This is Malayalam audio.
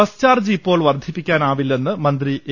ബസ് ചാർജ്ജ് ഇപ്പോൾ വർദ്ധിപ്പിക്കാനാവില്ലെന്ന് മന്ത്രി എ